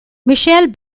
michel